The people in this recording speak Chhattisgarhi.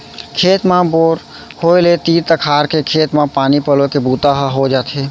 खेत म बोर होय ले तीर तखार के खेत म पानी पलोए के बूता ह हो जाथे